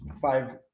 five